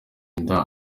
inda